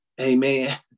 Amen